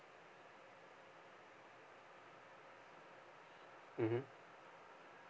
mmhmm